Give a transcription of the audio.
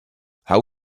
how